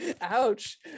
Ouch